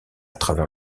travers